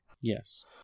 Yes